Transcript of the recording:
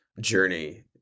journey